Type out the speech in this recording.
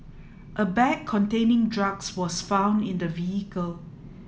a bag containing drugs was found in the vehicle